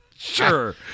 Sure